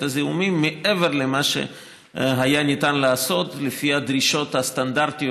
הזיהומים מעבר למה שהיה ניתן לעשות לפי הדרישות הסטנדרטיות